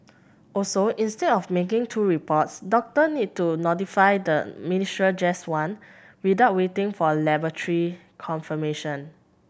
also instead of making two reports doctor need to notify the ministry just one without waiting for laboratory confirmation